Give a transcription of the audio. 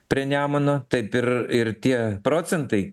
prie nemuno taip ir ir tie procentai